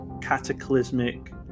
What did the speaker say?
cataclysmic